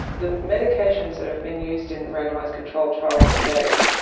the medications that have been used in the randomised controlled trials to date,